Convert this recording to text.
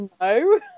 No